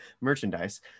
merchandise